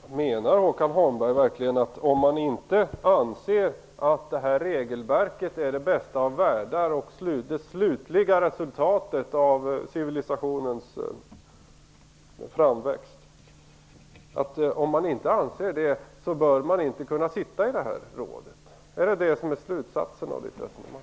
Fru talman! Menar Håkan Holmberg att man inte bör kunna sitta i rådet om man inte anser att regelverket ger det bästa av världar och är det slutliga resultatet av civilisationens framväxt? Är det slutsatsen av Håkan Holmbergs resonemang?